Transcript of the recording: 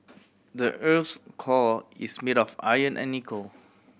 the earth's core is made of iron and nickel